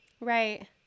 Right